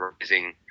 Rising